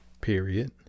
period